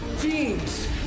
Jeans